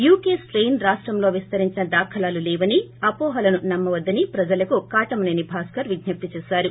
UK strain రాష్టంలో విస్తరించిన దాఖలాలులేవని అపోహలను నమ్మవద్దని ప్రజలకు కాటమనేని భాస్కర్ విజ్జప్తి చేశారు